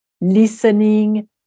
Listening